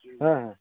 ᱦᱮᱸ ᱦᱮᱸ